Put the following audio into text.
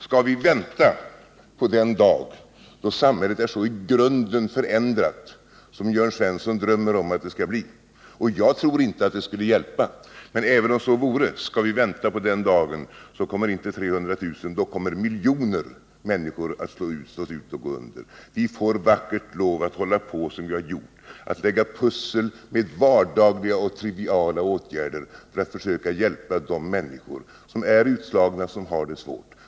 Skall vi vänta på den dag då samhället är så i grunden förändrat som Jörn Svensson drömmer om att det skall bli — och jag tror inte att det skulle hjälpa — kommer inte 300 000 utan miljoner människor att gå under. Vi får vackert fortsätta med att göra som vi har gjort, dvs. lägga pussel med vardagliga och triviala åtgärder för att försöka hjälpa de människor som är utslagna och som har det svårt.